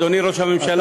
אדוני ראש הממשלה,